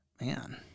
Man